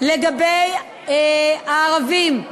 לגבי הערבים,